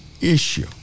issue